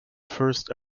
first